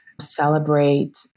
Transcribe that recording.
celebrate